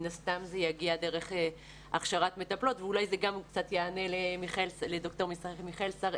הסתם זה יגיע דרך הכשרת מטפלות ואולי זה קצת יענה לדוקטור מיכאל שראל